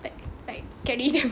like like carry them